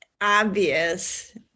obvious